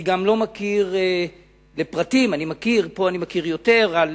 אני גם לא מכיר לפרטים, פה אני מכיר יותר, על